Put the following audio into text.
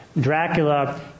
Dracula